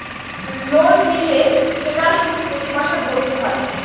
loan নিলে সেটার সুদ প্রতি মাসে ভরতে হয়